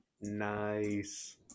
Nice